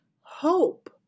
hope